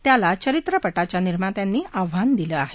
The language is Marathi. त्याला चरित्रपटाच्या निर्मात्यांनी आव्हान दिलं आहे